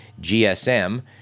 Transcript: GSM